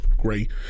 great